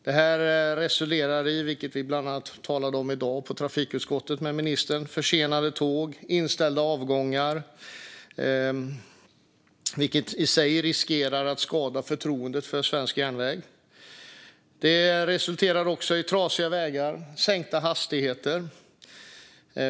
Det resulterar i - vilket vi bland annat talade om med ministern i dag i trafikutskottet - försenade tåg och inställda avgångar, vilket i sig riskerar att skada förtroendet för svensk järnväg. Det resulterar också i trasiga vägar och sänkta hastigheter.